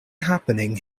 happening